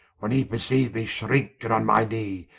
when he perceiu'd me shrinke, and on my knee,